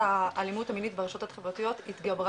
האלימות המינית ברשתות החברתיות התגברה,